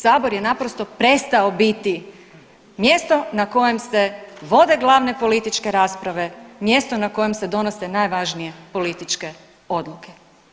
Sabor je naprosto prestao biti mjesto na kojem se vode glavne političke rasprave, mjesto na kojem se donose najvažnije političke odluke.